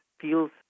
feels